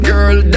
Girl